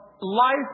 life